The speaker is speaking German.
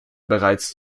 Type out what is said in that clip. bereits